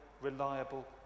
reliable